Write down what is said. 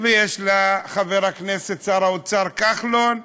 ויש בה חבר הכנסת שר האוצר כחלון,